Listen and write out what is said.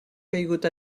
caigut